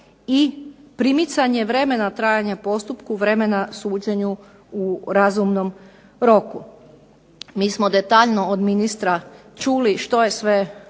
i primicanje vremena trajanja postupku, vremena suđenju u razumnom roku. Mi smo detaljno od ministra čuli što je sve